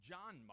John